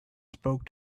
spoke